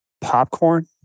popcorn